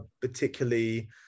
particularly